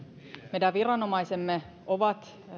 meidän viranomaisemme ovat